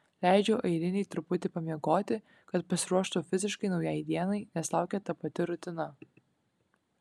leidžiu airinei truputį pamiegoti kad pasiruoštų fiziškai naujai dienai nes laukia ta pati rutina